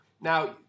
Now